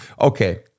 Okay